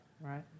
right